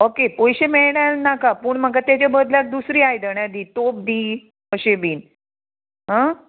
okay पोयशे मेळना नाका पूण म्हाका तेज्या बदलाक दुसरी आयदनां दी तोप दी अशें बीन आं